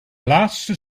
laatste